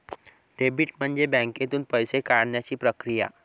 debit म्हणजे बँकेतून पैसे काढण्याची प्रक्रिया